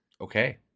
Okay